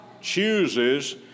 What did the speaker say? chooses